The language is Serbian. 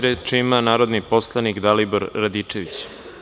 Reč ima narodni poslanik Dalibor Radičević.